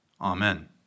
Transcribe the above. Amen